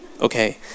okay